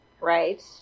Right